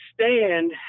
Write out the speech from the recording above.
stand